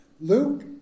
Luke